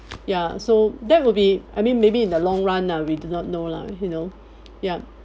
ya so that would be I mean maybe in the long run ah we do not know lah you know ya